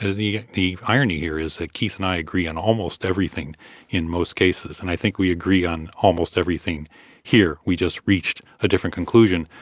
ah the the irony here is that keith and i agree on almost everything in most cases, and i think we agree on almost everything here we just reached a different conclusion,